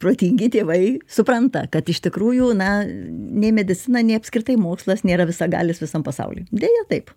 protingi tėvai supranta kad iš tikrųjų na nei medicina nei apskritai mokslas nėra visagalis visam pasauliui deja taip